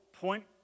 point